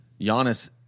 Giannis